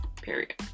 Period